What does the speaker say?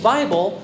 Bible